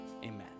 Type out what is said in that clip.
Amen